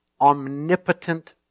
omnipotent